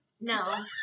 No